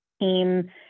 team